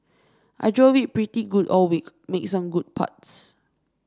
I drove it pretty good all week made some good putts